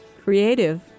creative